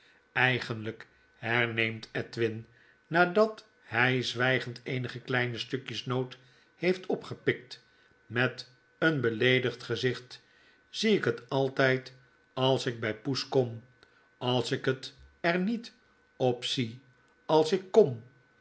eigenlp herneemt edwin nadat hy zwygend eenige kleine stukjes noot heeft opgepikt met een oeleedigd gezicht zie ik het altyd als ik by poes kom als ik het er niet op zie als ik kom